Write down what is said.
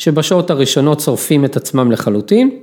שבשעות הראשונות שורפים את עצמם לחלוטין.